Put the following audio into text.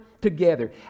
together